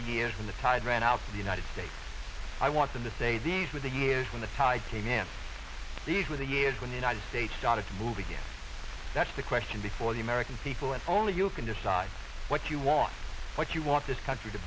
the years when the tide ran out for the united states i want them to say these were the years when the tide came in these were the years when the united states started to move the guests that's the question before the american people and only you can decide what you want what you want this country to